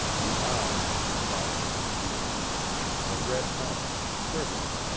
the eyes, soft with appeal the red mouth, quivering,